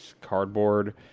cardboard